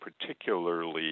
particularly